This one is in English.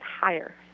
higher